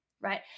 right